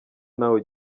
nawe